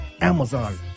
Amazon